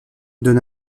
don